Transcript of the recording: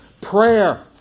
prayer